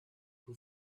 who